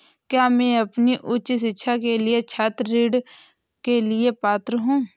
क्या मैं अपनी उच्च शिक्षा के लिए छात्र ऋण के लिए पात्र हूँ?